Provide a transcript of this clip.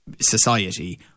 society